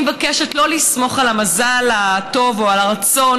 אני מבקשת לא לסמוך על המזל הטוב או על הרצון